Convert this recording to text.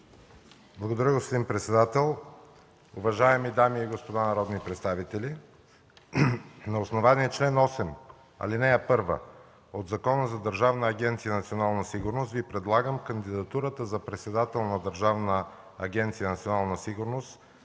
Благодаря, господин председател. Уважаеми дами и господа народни представители, на основание чл. 8, ал. 1 от Закона за Държавна агенция „Национална сигурност” Ви предлагам кандидатурата за председател на Държавна агенция „Национална сигурност”